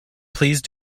please